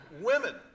Women